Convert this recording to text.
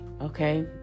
Okay